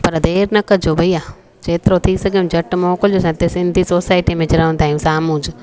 पर देरि न कजो भैया जेतिरो थी सघे झटि मोकिलिजो असां हिते सिंधी सोसाएटी में ज रहंदा आहियूं साम्हूं ज